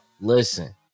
listen